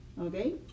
okay